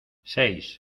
seis